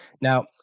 Now